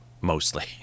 mostly